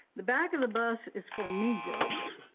the back of the bus is for negroes.